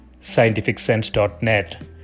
scientificsense.net